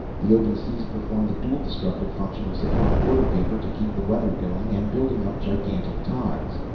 the open seas perform the dual destructive function of supplying water vapor to keep the weather going, and building up gigantic tides.